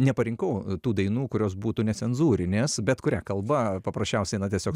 neparinkau tų dainų kurios būtų necenzūrinės bet kuria kalba paprasčiausiai na tiesiog